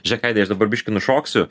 žiūrėk aidai aš dabar biškį nušoksiu